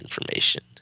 information